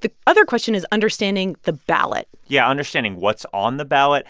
the other question is understanding the ballot yeah, understanding what's on the ballot